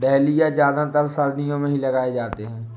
dahlia ज्यादातर सर्दियो मे ही लगाये जाते है